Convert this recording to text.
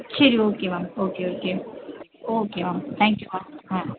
சரி okay ma'am okay okay okay ma'am thank you ma'am ஆ